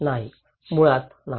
नाही मुळात नाही